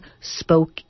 spoke